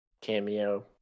cameo